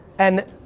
and,